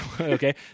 Okay